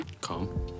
Calm